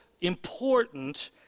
important